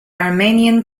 armenian